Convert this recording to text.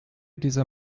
dieser